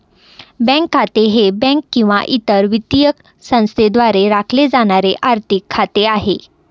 bank खाते हे bank किंवा इतर वित्तीय संस्थेद्वारे राखले जाणारे आर्थिक खाते आहे